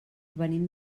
venim